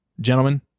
gentlemen